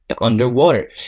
underwater